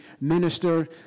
Minister